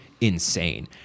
insane